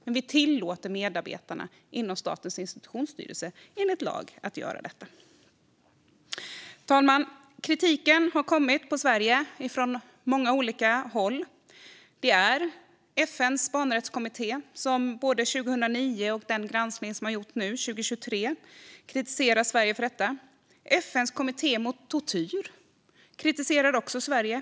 Men vi tillåter enligt lag medarbetarna inom Statens institutionsstyrelse att göra samma sak. Fru talman! Sverige har fått kritik från många olika håll. FN:s barnrättskommitté har både 2009 och i en granskning man gjort nu, 2023, kritiserat Sverige för detta. FN:s kommitté mot tortyr har också kritiserat Sverige.